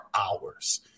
hours